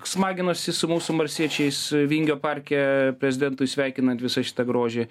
smaginosi su mūsų marsiečiais vingio parke prezidentui sveikinant visą šitą grožį